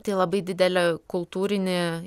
tai labai didelį kultūrinį